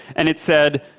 and it said,